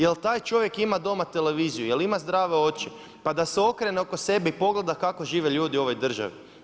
Je li taj čovjek ima doma televiziju, je li ima zdrave oči pa da se okrene oko sebe i pogleda kako žive ljudi u ovoj državi.